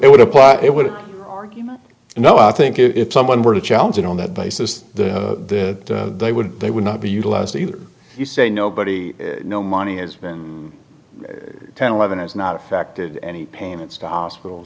it would apply it would argue much no i think if someone were to challenge it on that basis that they would they would not be utilized either you say nobody no money has been ten eleven has not affected any payments to hospitals